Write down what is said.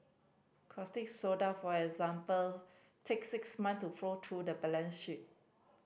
caustic soda for example take six months to fall to the balance sheet